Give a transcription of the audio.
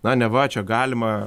na neva čia galima